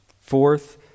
Fourth